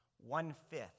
One-fifth